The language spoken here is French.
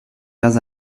vingt